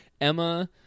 Emma